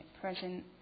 present